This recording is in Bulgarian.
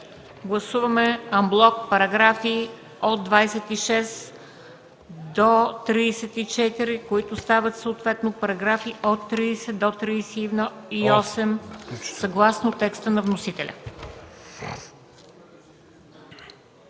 Гласуваме анблок параграфи от 26 до 34, които стават съответно параграфи от 30 до 38, съгласно текста на вносителя.